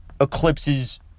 eclipses